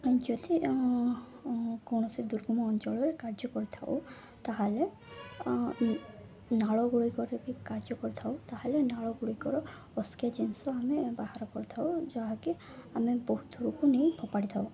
ଯଦି କୌଣସି ଦୁର୍ଗମ ଅଞ୍ଚଳରେ କାର୍ଯ୍ୟ କରିଥାଉ ତା'ହେଲେ ନାଳ ଗୁଡ଼ିକରେ ବି କାର୍ଯ୍ୟ କରିଥାଉ ତା'ହେଲେ ନାଳ ଗୁଡ଼ିକର ଅସ୍କିଆ ଜିନିଷ ଆମେ ବାହାର କରିଥାଉ ଯାହାକି ଆମେ ବହୁତ ଦୂରକୁ ନେଇ ଫୋପାଡ଼ି ଥାଉ